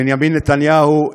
בנימין נתניהו,